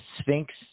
Sphinx